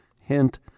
Hint